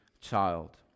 child